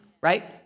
right